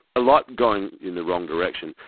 a lot going in the wrong direction.